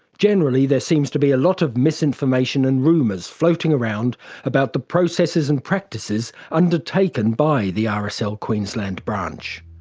generally there seems to be a lot of misinformation and rumours floating around about the processes and practices undertaken by the ah rsl queensland branch,